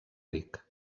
ric